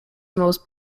most